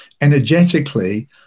energetically